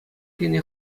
кӗнӗ